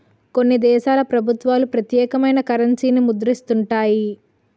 కొన్ని దేశాల ప్రభుత్వాలు ప్రత్యేకమైన కరెన్సీని ముద్రిస్తుంటాయి